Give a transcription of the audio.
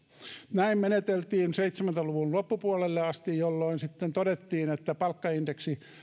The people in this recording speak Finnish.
näin meneteltiin seitsemänkymmentä luvun loppupuolelle asti jolloin sitten todettiin että palkkaindeksi